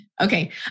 Okay